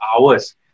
hours